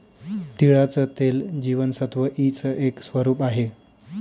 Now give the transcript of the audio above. तिळाचं तेल जीवनसत्व ई च एक स्वरूप आहे